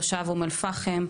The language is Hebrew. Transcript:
תושב אום אל פאחם,